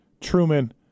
Truman